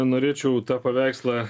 norėčiau tą paveikslą